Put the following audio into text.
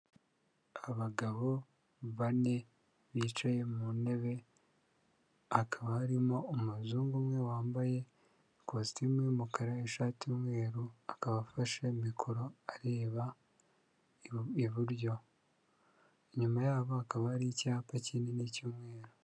Abagabo bane bicaye mu ntebe hakaba harimo umuzungu umwe wambaye ikositimu yumukara ishati y'umweru akaba afashe mikoro areba iburyo, inyuma yabo hakaba hari icyapa kinini cy'umweru.